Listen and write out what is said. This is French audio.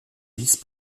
vice